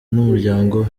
n’umuryango